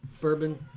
Bourbon